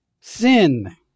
sin